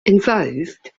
involved